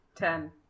Ten